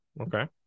Okay